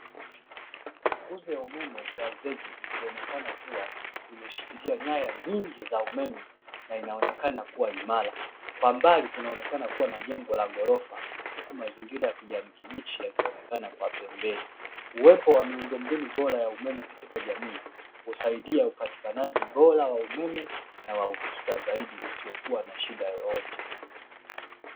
Nguzo ya umeme ya zege ikionekana kuwa imeshikilia nyaya nyingi za umeme na inaonekana kuwa imara, kwa mbali kunaonekana kuwa na jengo la ghorofa huku mazingira ya kijani kibichi yakionekana kwa pembeni, uwepo wa miundo mbinu bora ya umeme katika jamii husaidia upatikanaji bora wa umeme, na wa uhakika zaidi usiokuwa na shida yoyote.